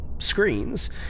screens